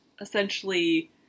essentially